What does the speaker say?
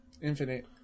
Infinite